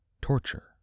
torture